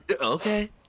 Okay